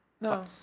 No